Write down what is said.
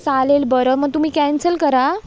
चालेल बरं मग तुम्ही कॅन्सल करा